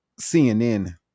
CNN